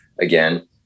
again